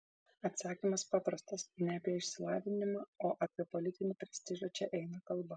atsakymas paprastas ne apie išsilavinimą o apie politinį prestižą čia eina kalba